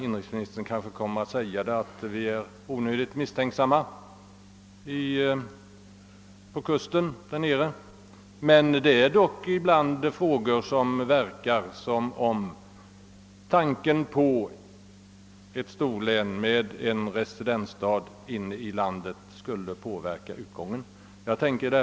Inrikesministern kanske menar att vi är onödigt misstänksamma nere på ostkusten, men det förefaller dock ibland som om tanken på ett storlän med en residensstad inne i landet skulle påverka den utveckling som äger rum.